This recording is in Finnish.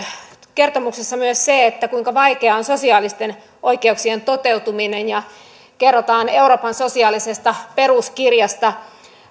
kertomuksessa mainitaan myös se kuinka vaikeaa on sosiaalisten oikeuksien toteutuminen ja kerrotaan euroopan sosiaalisesta peruskirjasta